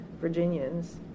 Virginians